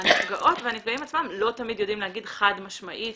הנפגעות והנפגעים עצמם לא תמיד יודעים להגיד חד משמעית